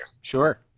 sure